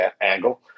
angle